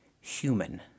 human